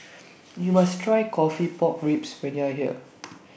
YOU must Try Coffee Pork Ribs when YOU Are here